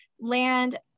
land